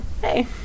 hey